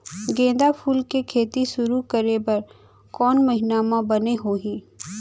गेंदा फूल के खेती शुरू करे बर कौन महीना मा बने होही?